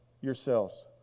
yourselves